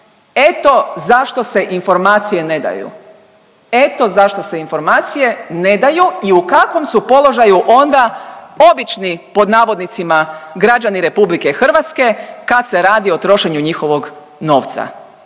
Eto zašto se informacije ne daju, eto zašto se informacije ne daju i u kakvom su položaju onda obični pod navodnicima građani Republike Hrvatske kad se radi o trošenju njihovog novca.